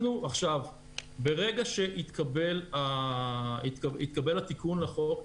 ברגע שהתקבל התיקון לחוק,